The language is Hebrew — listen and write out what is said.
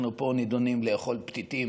אנחנו פה נידונים לאכול פתיתים